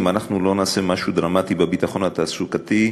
אם לא נעשה משהו דרמטי בביטחון התעסוקתי,